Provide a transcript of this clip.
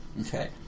Okay